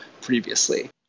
previously